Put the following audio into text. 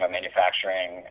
manufacturing